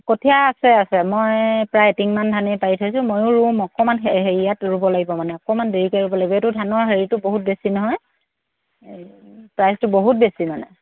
কঠীয়া আছে আছে মই প্ৰায় এটিংমান ধানেই পাৰি থৈছোঁ মইয়ো ৰুম অকণমান হে হেৰিয়াত ৰুব লাগিব মানে অকণমান দেৰিকৈ ৰুব লাগিব এইটো ধানৰ হেৰিটো বহুত বেছি নহয় প্ৰাইচটো বহুত বেছি মানে